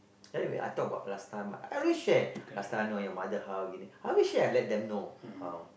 anyway I talk about last time I always share last time I know your mother how gini I always share and let them know